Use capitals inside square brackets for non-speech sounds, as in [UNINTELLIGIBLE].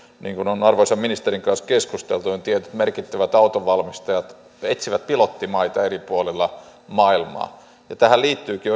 niin kuin on arvoisan ministerin kanssa keskusteltu tietyt merkittävät autonvalmistajat etsivät pilottimaita eri puolilta maailmaa tähän liittyykin [UNINTELLIGIBLE]